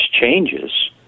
changes